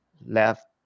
left